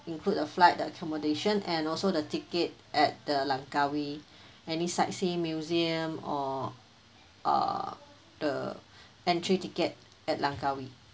include a flight the accommodation and also the ticket at the langkawi any sightseeing museum or err the entry ticket at langkawi